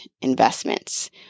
investments